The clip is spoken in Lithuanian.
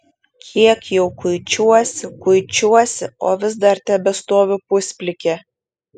kiek jau kuičiuosi kuičiuosi o vis dar tebestoviu pusplikė